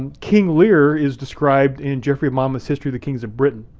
and king lear is described in geoffrey of monmouth's history of the kings of briton.